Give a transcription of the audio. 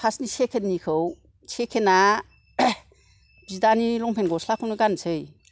फासनि सेकेण्डनिखौ सेकेण्डा बिदानि लंफेन गस्लाखौनो गानसै